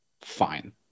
Fine